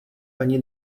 ani